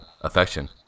affection